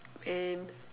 and